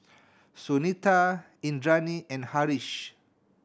Sunita Indranee and Haresh